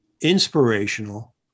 inspirational